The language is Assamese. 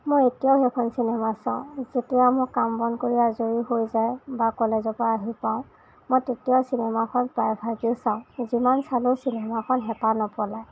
মই এতিয়াও সেইখন চিনেমা চাওঁ যেতিয়া মই কাম বন কৰি আজৰি হৈ যায় বা কলেজৰ পৰা আহি পাওঁ মই তেতিয়া চিনেমাখন প্ৰায়ভাগেই চাওঁ যিমান চালেও চিনেমাখন হেঁপাহ নপলায়